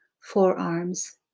Forearms